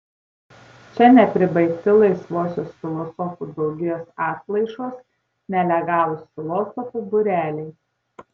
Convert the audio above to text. čia nepribaigti laisvosios filosofų draugijos atplaišos nelegalūs filosofų būreliai